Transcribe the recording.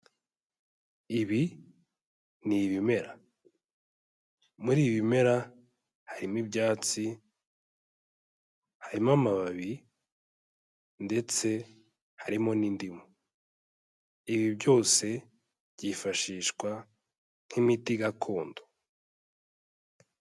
Ibi ni ibimera, muri ibi bimera harimo ibyatsi, harimo amababi ndetse harimo n'indimu, ibi byose byifashishwa nk'imiti gakondo.